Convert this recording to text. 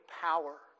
power